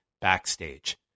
backstage